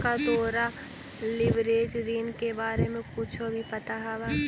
का तोरा लिवरेज ऋण के बारे में कुछो भी पता हवऽ?